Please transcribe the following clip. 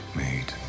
made